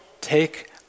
Take